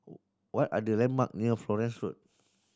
what are the landmark near Florence Road